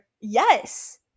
Yes